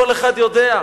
כל אחד יודע,